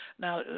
Now